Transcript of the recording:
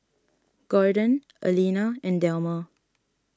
Gordon Aleena and Delmer